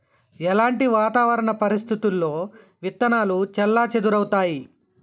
ఎలాంటి వాతావరణ పరిస్థితుల్లో విత్తనాలు చెల్లాచెదరవుతయీ?